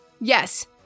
Yes